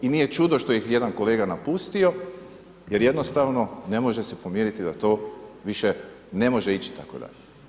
I nije čudo što ih je jedan kolega napustio jer jednostavno ne može se pomiriti da to više ne može ići tako dalje.